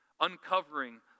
uncovering